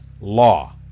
law